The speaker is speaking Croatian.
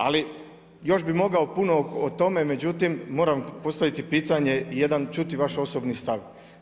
Ali još bih mogao puno o tome, međutim moram postaviti pitanje, čuti vaš osobni stav.